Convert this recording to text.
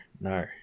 No